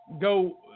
go